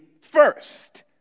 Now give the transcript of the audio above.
first